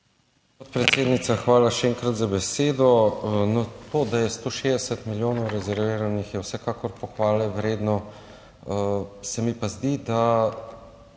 Podpredsednica, hvala še enkrat za besedo. Na to, da je 160 milijonov rezerviranih, je vsekakor pohvale vredno. Se mi pa zdi, da